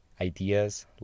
Ideas